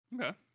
Okay